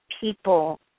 people